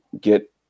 get